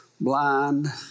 blind